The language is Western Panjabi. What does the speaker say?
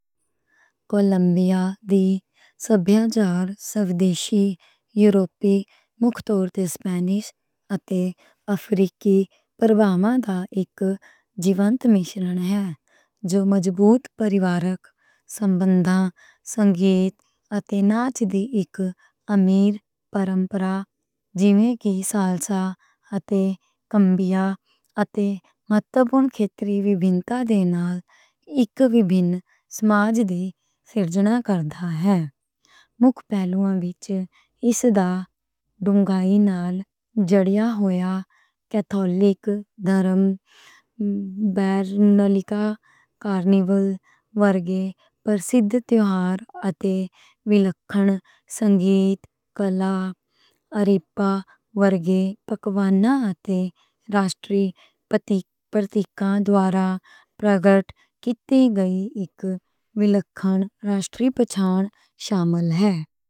کولمیا دی سبھیاچار اسپینش تے افریکی اثرات دا اک جاندار مرکب ہے، جو فیملی سمبندھ، سنگیت تے نرت دی اک امیر پرمپرہ جیویں کمبیا نال اک وکھرا سماج گھڑدا ہے۔ مکھ پہلواں وِچ اس دی نال جڑیا کیتھولک مذہب، کارنیوال ورگے مشہور تہوار تے وِشیش سنگیت، آرٹ، اَریپا ورگے پکوان تے۔ قومی علامتات دوران وِچ پرگٹ کیتے گئے اک وِشیش قومی پہچان شامل ہے۔